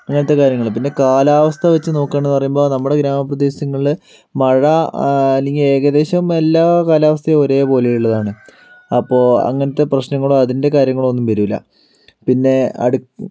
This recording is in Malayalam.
അങ്ങനത്തെ കാര്യങ്ങള് പിന്നെ കാലാവസ്ഥ വെച്ച് നോക്കാന്ന് പറയുമ്പോൾ നമ്മുടെ ഗ്രാമപ്രദേശങ്ങളില് മഴ അല്ലെങ്കിൽ ഏകദേശം എല്ലാ കാലാവസ്ഥയും ഒരേ പോലെ ഉള്ളതാണ് അപ്പോൾ അങ്ങനത്തെ പ്രശ്നങ്ങൾ അതിൻറെ കാര്യങ്ങൾ ഒന്നും വരില്ല പിന്നെ അടു